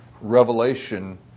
revelation